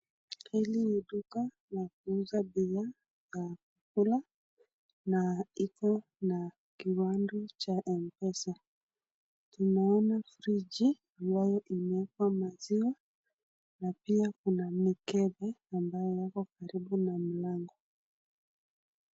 Hili ni duka la kuuza bidhaa za kukula na iko na kibanda cha mpesa tuna ona friji ambayo imwekwa maziwana pia kuna mikebe ambayo iko karibu na mlango.